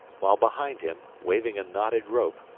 while behind him, waving a knotted rope,